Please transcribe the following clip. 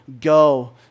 go